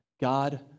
God